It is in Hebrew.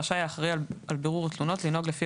רשאי האחראי על בירור תלונות לנהוג לפי